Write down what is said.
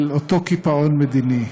לאותו קיפאון מדיני.